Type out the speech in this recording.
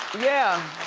yeah.